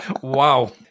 Wow